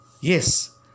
Yes